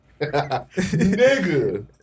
Nigga